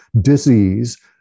disease